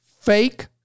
fake